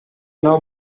nou